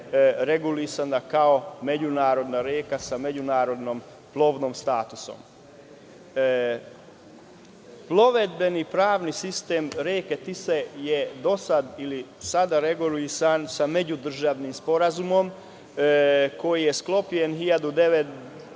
regulisana kao međunarodna reka sa međunarodnim plovnim statusom. Plovidbeni pravni sistem reke Tise je do sada ili sada regulisan sa međudržavnim sporazumom koji je sklopljen 1955.